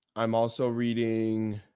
i'm also reading,